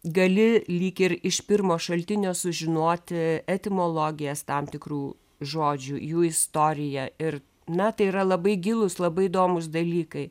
gali lyg ir iš pirmo šaltinio sužinoti etimologijas tam tikrų žodžių jų istoriją ir na tai yra labai gilūs labai įdomūs dalykai